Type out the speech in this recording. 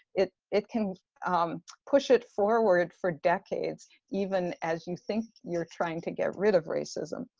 it it can push it forward for decades even as you think you're trying to get rid of racism.